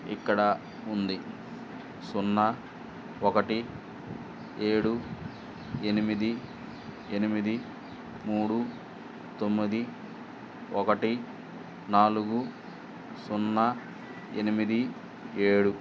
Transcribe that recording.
ఇక్కడ ఉంది సున్నా ఒకటి ఏడు ఎనిమిది ఎనిమిది మూడు తొమ్మిది ఒకటి నాలుగు సున్నా ఎనిమిది ఏడు